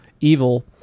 evil